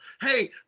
Hey